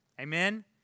Amen